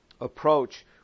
approach